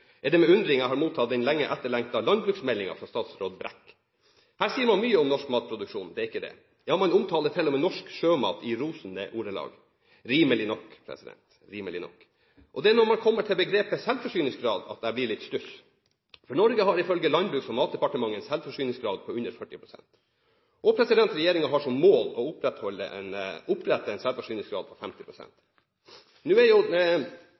er det med undring jeg har mottatt den lenge etterlengtede landbruksmeldingen fra statsråd Brekk. Her sier man mye om norsk matproduksjon – det er ikke det. Ja, man omtaler til og med norsk sjømat i rosende ordelag, rimelig nok – rimelig nok. Det er når man kommer til begrepet «selvforsyningsgrad», at jeg blir litt i stuss, for Norge har ifølge Landbruks- og matdepartementet en selvforsyningsgrad på under 40 pst., og regjeringen har som mål en selvforsyningsgrad på 50 pst. Nå er